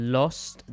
lost